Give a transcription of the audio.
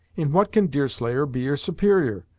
in what can deerslayer be your superior?